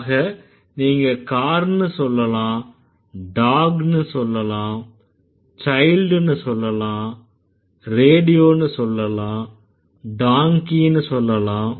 ஆக நீங்க car ன்னு சொல்லலாம் dog ன்னு சொல்லலாம் child ன்னு சொல்லலாம் radio ன்னு சொல்லலாம் donkey ன்னு சொல்லலாம்